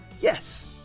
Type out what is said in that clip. Yes